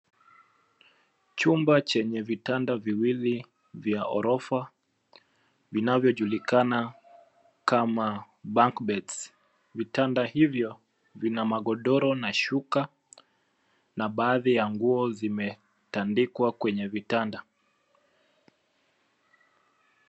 Chumba chenye vitanda viwili vya ghorofa vinavyojulikana kama bunk beds . Vitanda hivyo vina magodoro na shuka na baadhi ya nguo zimetandikwa kwenye vitanda.